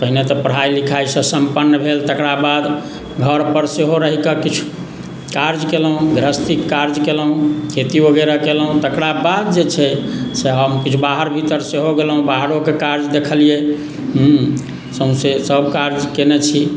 पहिले तऽ पढ़ाइ लिखाइसँ सम्पन्न भेल तकरा बाद घरपर सेहो रहिके किछु काज केलहुँ गृहस्थीके काज केलहुँ खेती वगैरह केलहुँ तकरा बाद जे छै से हम किछु बाहर भीतर सेहो गेलहुँ बाहरोके काज देखलियै हँ सौँसै सभ कार्य कयने छी